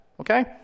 okay